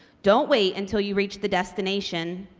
don't wait until you reach the destination,